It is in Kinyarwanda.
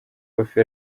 kofi